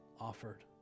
offered